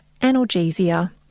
analgesia